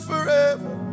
Forever